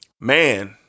man